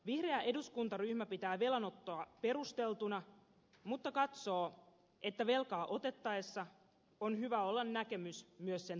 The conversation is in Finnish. vihreä eduskuntaryhmä pitää velanottoa perusteltuna mutta katsoo että velkaa otettaessa on hyvä olla näkemys myös sen takaisinmaksusta